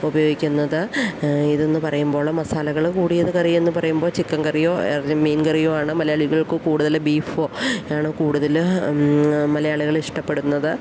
ഉപയോഗിക്കുന്നത് ഇതെന്ന് പറയുമ്പോള് മസാലകള് കൂടിയത് കറി എന്ന് പറയുമ്പോൾ ചിക്കൻ കറിയോ അല്ല മീൻ കറിയോ ആണ് മലയാളികൾക്ക് കൂടുതല് ബീഫോ ആണ് കൂടുതല് മലയാളികളിഷ്ടപ്പെടുന്നത്